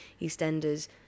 EastEnders